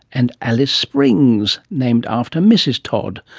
and alice springs, named after mrs todd.